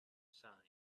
sign